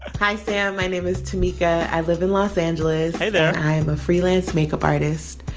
hi, sam. my name is tameka. i live in los angeles. hey there. and i am a freelance makeup artist.